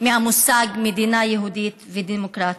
מהמושג מדינה יהודית ודמוקרטית.